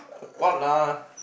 what lah